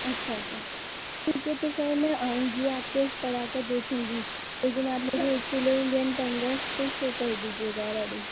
اچھا اچھا ٹھیک ہے تو سر میں آؤں گی آپ کے اس پر آکر دیکھوں گی لیکن آپ میرے لیے انڈین فنگس فش کو کر دیجیے گا ریڈی